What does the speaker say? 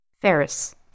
Ferris